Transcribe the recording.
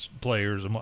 players